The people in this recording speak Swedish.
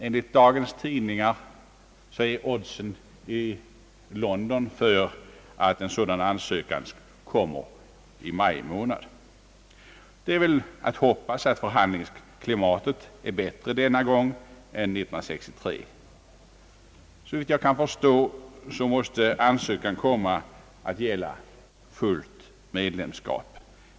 Enligt dagens tidningar är oddsen i London för att en sådan ansökan kommer i maj månad. Man får hoppas att förhandlingsklimatet skall vara bättre denna gång än det var 1963. Såvitt jag kan begripa, måste ansökan komma att gälla fullt medlemskap.